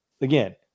Again